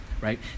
right